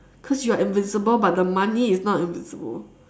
cause you're invisible but the money is not invisible